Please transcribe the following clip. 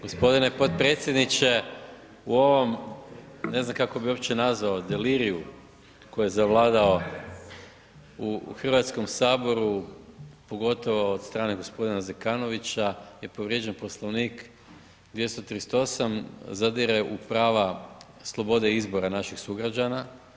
Gospodine potpredsjedniče, u ovom ne znam kako bi uopće nazvao deliriju koji je zavladao u Hrvatskom saboru pogotovo od strane gospodina Zekanovića je povrijeđen Poslovnik 238. zadire u prava slobode izbora naših sugrađana.